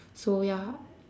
so ya